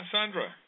Sandra